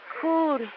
cool